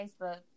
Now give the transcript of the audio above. Facebook